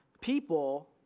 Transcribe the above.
people